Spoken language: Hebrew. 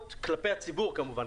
כלפי הציבור כמובן,